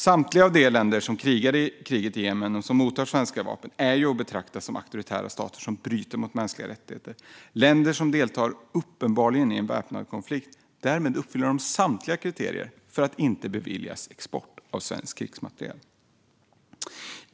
Samtliga av de länder som deltar i kriget i Jemen och som mottar svenska vapen är att betrakta som auktoritära stater som bryter mot mänskliga rättigheter. Det är länder som uppenbarligen deltar även i en väpnad konflikt. Därmed uppfyller de samtliga kriterier för att inte beviljas export av svensk krigsmateriel.